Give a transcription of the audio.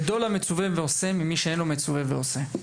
גדול המצווה ועושה ממי שאינו מצווה ועושה.